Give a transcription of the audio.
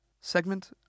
segment